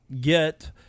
get